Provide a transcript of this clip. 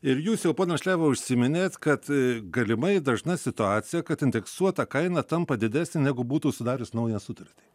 ir jūs jau pono šlevo užsiminėt kad galimai dažna situacija kad indeksuota kaina tampa didesnė negu būtų sudarius naują sutartį